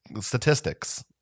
statistics